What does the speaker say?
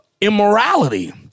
immorality